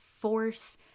force